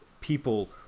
people